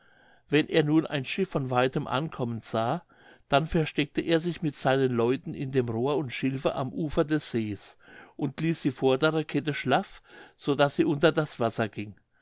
wenn er nun ein schiff von weitem ankommen sah dann versteckte er sich mit seinen leuten in dem rohr und schilfe am ufer des sees und ließ die vordere kette schlaff so daß sie unter das wasser ging